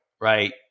right